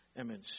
image